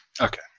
Okay